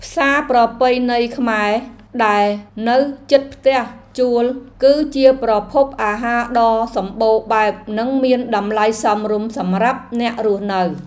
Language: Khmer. ផ្សារប្រពៃណីខ្មែរដែលនៅជិតផ្ទះជួលគឺជាប្រភពអាហារដ៏សម្បូរបែបនិងមានតម្លៃសមរម្យសម្រាប់អ្នករស់នៅ។